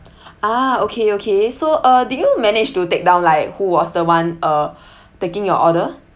ah okay okay so uh did you manage to take down like who was the one uh taking your order